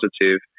positive